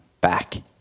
back